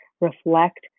reflect